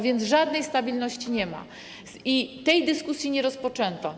Więc żadnej stabilności nie ma i tej dyskusji nie rozpoczęto.